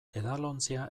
edalontzia